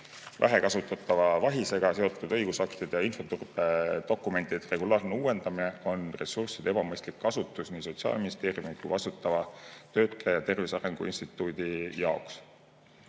Vähe kasutatava VAHIS‑ega seotud õigusaktide ja infoturbedokumentide regulaarne uuendamine on ressursside ebamõistlik kasutus nii Sotsiaalministeeriumi kui ka vastutava töötleja Tervise Arengu Instituudi jaoks. Eelnõu